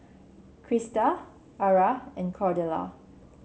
Crysta Ara and Cordella